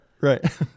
right